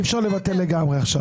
אי אפשר לבטל לגמרי עכשיו.